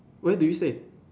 where do you stay